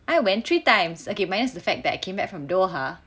I went three times okay minus the fact that I came back from Doha